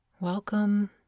welcome